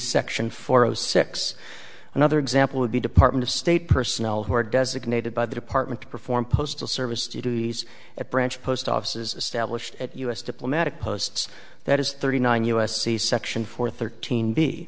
section four zero six another example would be department of state personnel who are designated by the department to perform postal service to duties at branch post offices stablished at u s diplomatic posts that is thirty nine u s c section four thirteen be